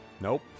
Nope